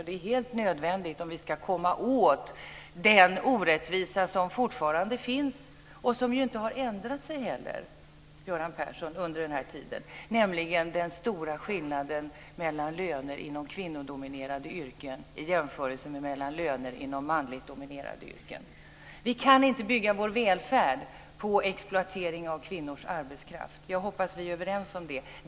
Det är helt nödvändigt om vi ska komma åt den orättvisa som fortfarande finns och som inte heller har ändrat sig under den här tiden, Göran Persson. Det gäller den stora skillnaden mellan löner i kvinnodominerade yrken och löner i manligt dominerande yrken. Vi kan inte bygga vår välfärd på exploatering av kvinnors arbetskraft. Jag hoppas att vi är överens om det.